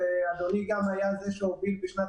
אני אציין שאדוני גם היה זה שהוביל בשנת